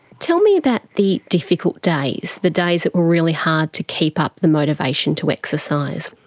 tell me about the difficult days, the days that were really hard to keep up the motivation to exercise.